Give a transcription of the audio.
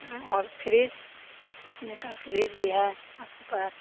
और फ्रिज कितने का फ्रिज भी है आपके पास